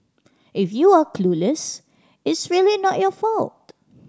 if you're clueless it's really not your fault